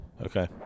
Okay